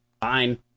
Fine